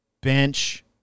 bench